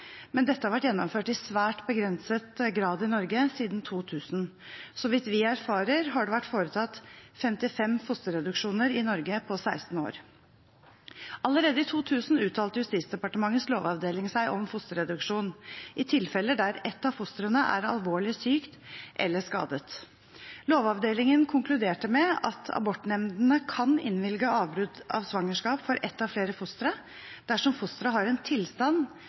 men dette har vært gjennomført i svært begrenset grad i Norge siden 2000. Så vidt vi erfarer, har det vært foretatt 55 fosterreduksjoner i Norge på 16 år. Allerede i 2000 uttalte Justisdepartementets lovavdeling seg om fosterreduksjon i tilfeller der ett av fostrene er alvorlig sykt eller skadet. Lovavdelingen konkluderte med at abortnemndene kan innvilge avbrudd av svangerskap for ett av flere fostre dersom fosteret har en tilstand